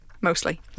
mostly